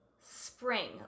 spring